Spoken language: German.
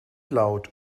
laut